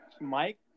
Mike